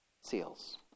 seals